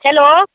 hello